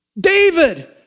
David